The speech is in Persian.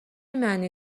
معنی